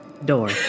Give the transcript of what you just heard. door